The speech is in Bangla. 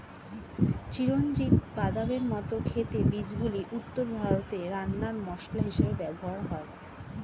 চিরঞ্জিত বাদামের মত খেতে বীজগুলি উত্তর ভারতে রান্নার মসলা হিসেবে ব্যবহার হয়